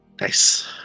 Nice